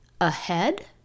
ahead